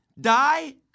Die